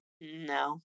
No